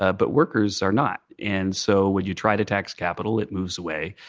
ah but workers are not, and so when you try to tax capital it moves away,